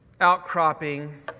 outcropping